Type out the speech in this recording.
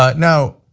but now,